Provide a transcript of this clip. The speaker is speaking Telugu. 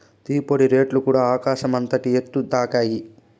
టీ పొడి రేట్లుకూడ ఆకాశం అంతటి ఎత్తుని తాకాయి